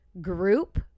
group